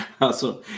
Awesome